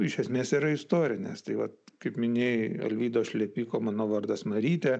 iš esmės yra istorinės tai vat kaip minėjai alvydo šlepiko mano vardas marytė